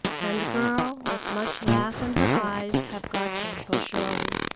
and girl with much laugh in her eyes have got him for surely.